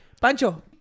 Pancho